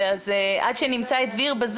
אוקיי, אז תמצאו בינתיים את פאטמה.